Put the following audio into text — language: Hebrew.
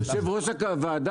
יושב ראש הוועדה,